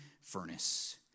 furnace